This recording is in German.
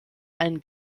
einen